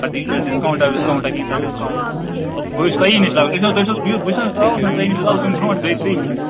اَتھ دیٖو نا حظ ڈِسکاوُنٛٹ وِسکاوُنٛٹ کیںٛژھا ڈِسکاوُنٛٹ بہٕ حظ چھُس تُہی نِش لاگان تۅہہِ چھِو نا حظ بہٕ چھُس نہٕ حظ ترٛاوان تُہی نِش یِم برٛوٗنٹھ دۅیہِ ترٛےٚ پھِرِ